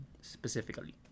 specifically